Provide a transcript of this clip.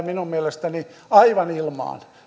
minun mielestäni aivan ilmaan